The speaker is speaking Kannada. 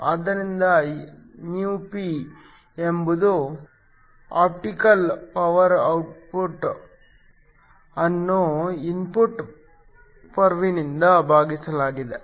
ಆದ್ದರಿಂದ ηp ಎಂಬುದು ಆಪ್ಟಿಕಲ್ ಪವರ್ ಔಟ್ ಅನ್ನು ಇನ್ಪುಟ್ ಪವರ್ ನಿಂದ ಭಾಗಿಸಲಾಗಿದೆ